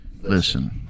listen